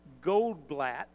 Goldblatt